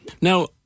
Now